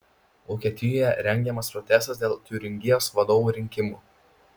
vokietijoje rengiamas protestas dėl tiuringijos vadovo rinkimų